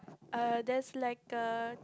err there's like a